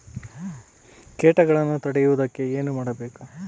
ಕೇಟಗಳನ್ನು ತಡೆಗಟ್ಟುವುದಕ್ಕೆ ಏನು ಮಾಡಬೇಕು?